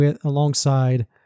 alongside